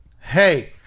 Hey